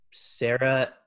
Sarah